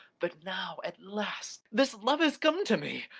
but now at last this love has come to me.